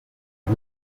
con